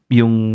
yung